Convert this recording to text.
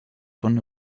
von